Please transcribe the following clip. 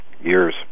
years